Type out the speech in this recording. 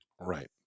Right